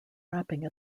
rapping